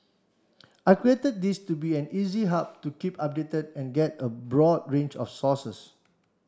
I created this to be an easy hub to keep updated and get a broad range of sources